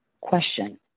Question